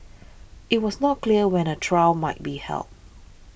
it was not clear when a trial might be held